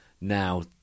now